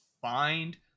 find